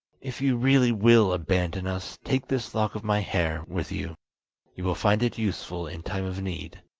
if you really will abandon us, take this lock of my hair with you you will find it useful in time of need